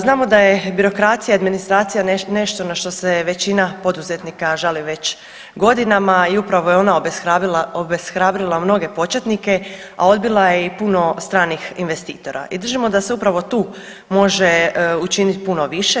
Znamo da je birokracija i administracija nešto na što se većina poduzetnika žali već godinama i upravo je ona obeshrabrila mnoge početnike, a odbila je puno stranih investitora i držimo da se upravo tu može učinit puno više.